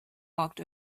walked